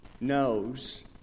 knows